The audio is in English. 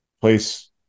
place